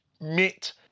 Mit